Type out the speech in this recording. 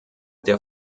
der